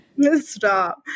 Stop